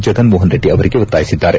ಜಗನ್ನೋಹನ್ ರೆಡ್ಡಿ ಅವರಲ್ಲಿ ಒತ್ತಾಯಿಸಿದ್ದಾರೆ